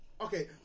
Okay